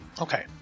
Okay